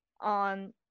on